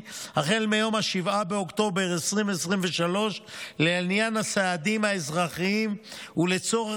החל מיום 7 באוקטובר 2023 לעניין הסעדים האזרחיים ולצורך